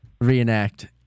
reenact